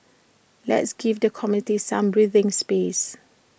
let's give the committee some breathing space